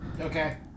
okay